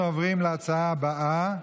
אנחנו עוברים להצעה הבאה,